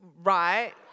Right